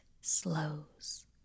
slows